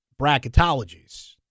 bracketologies